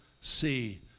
see